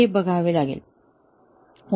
हे बघावे लागेल